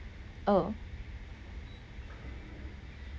oh